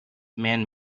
man